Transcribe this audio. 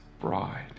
bride